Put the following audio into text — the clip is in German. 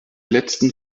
letzten